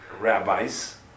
rabbis